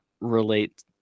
relate